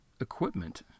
equipment